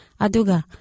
Aduga